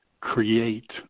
create